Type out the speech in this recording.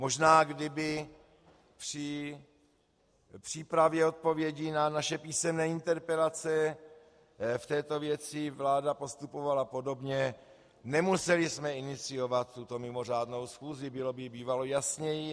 Možná kdyby při přípravě odpovědi na naše písemné interpelace v této věci vláda postupovala podobně, nemuseli jsme iniciovat tuto mimořádnou schůzi, bylo by bývalo jasněji.